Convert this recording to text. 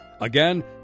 Again